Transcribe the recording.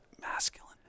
masculine